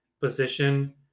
position